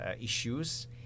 issues